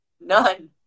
None